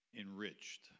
enriched